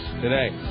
today